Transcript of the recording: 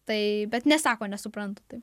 tai bet nesako nesuprantu tai